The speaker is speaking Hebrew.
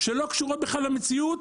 שלא קשורות בכלל למציאות.